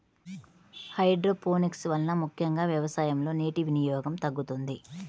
hydroponics వలన ముఖ్యంగా వ్యవసాయంలో నీటి వినియోగం తగ్గుతుంది